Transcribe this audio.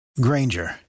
granger